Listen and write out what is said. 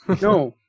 No